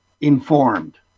informed